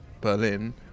Berlin